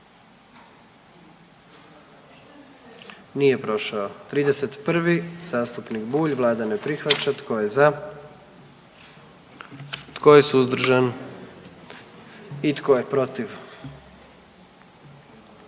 44. Kluba zastupnika SDP-a, vlada ne prihvaća. Tko je za? Tko je suzdržan? Tko je protiv?